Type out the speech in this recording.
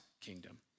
kingdom